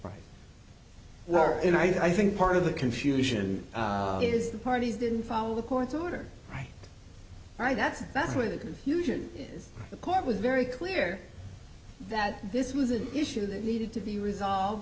today and i think part of the confusion is the parties didn't follow the court's order right right that's that's where the confusion is the court was very clear that this was an issue that needed to be resolved